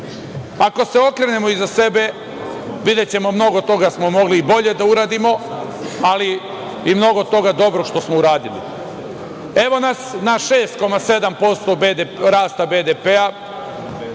Ako se okrenemo iza sebe, videćemo, mnogo toga smo mogli i bolje da uradimo, ali i mnogo toga dobrog što smo uradili. Evo nas na 6,7% rasta BDP.